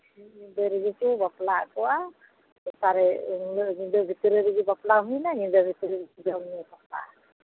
ᱢᱤᱫ ᱧᱤᱫᱟᱹ ᱨᱮᱜᱮ ᱠᱚ ᱵᱟᱯᱞᱟ ᱠᱚᱣᱟ ᱚᱠᱟᱨᱮ ᱩᱱ ᱦᱤᱞᱳᱜ ᱧᱤᱫᱟᱹ ᱵᱷᱤᱛᱨᱤ ᱨᱮᱜᱮ ᱵᱟᱯᱞᱟ ᱦᱩᱭᱱᱟ ᱧᱤᱫᱟᱹ ᱵᱷᱤᱛᱨᱤ ᱨᱮᱜᱮ ᱡᱚᱢ ᱧᱩ ᱜᱟᱯᱟ